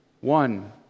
One